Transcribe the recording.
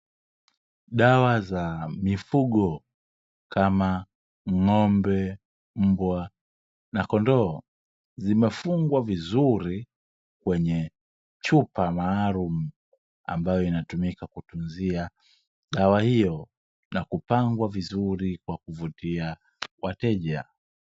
Dawa za mifugo kama ng’ombe, mbwa na kondoo. Zimefungwa vizuri kwenye chupa maalumu ambayo inatumika kutunzia dawa hiyo, na kupangwa vizuri kwa kuvutia wateja.